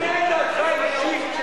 אני יודע את דעתך האישית,